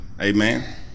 Amen